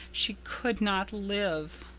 she could not live.